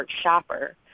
shopper